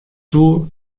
soe